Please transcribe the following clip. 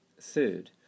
Third